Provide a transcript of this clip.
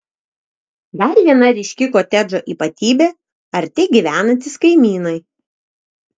dar viena ryški kotedžo ypatybė arti gyvenantys kaimynai